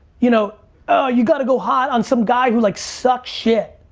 you know, oh you gotta go hot on some guy who like sucks shit.